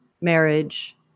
marriage